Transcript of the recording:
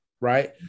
right